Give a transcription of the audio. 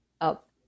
up